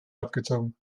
abgezogen